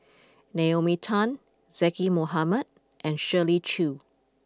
Naomi Tan Zaqy Mohamad and Shirley Chew